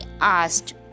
asked